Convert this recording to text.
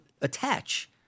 attach